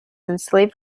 enslaved